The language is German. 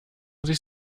sich